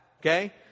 okay